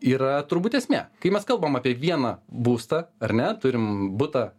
yra turbūt esmė kai mes kalbam apie vieną būstą ar ne turim butą